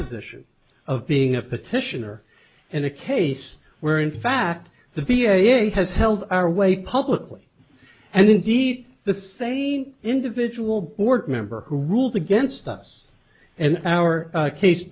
position of being a petition or in a case where in fact the b a a has held our way publicly and indeed the same individual board member who ruled against us and our case